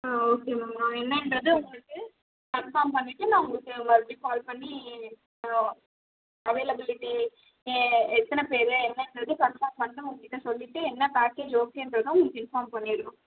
ஆ okay ma'am நான் என்னன்றது உங்களுக்கு கன்ஃபார்ம் பண்ணிட்டு நான் உங்களுக்கு மறுபடி கால் பண்ணி அவைலபிளிட்டி எ எத்தனை பேர் என்னென்றது கன்ஃபார்ம் பண்ணிட்டு உங்கள்கிட்ட சொல்லிவிட்டு என்ன பேக்கேஜ் ஓகேன்றதும் உங்களுக்கு இன்ஃபார்ம் பண்ணிடறோம்